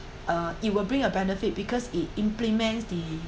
uh it will bring a benefit because it implements the